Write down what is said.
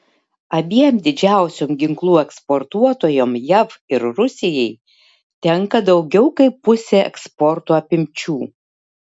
abiem didžiausiom ginklų eksportuotojom jav ir rusijai tenka daugiau kaip pusė eksporto apimčių